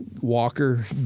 Walker